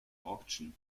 auction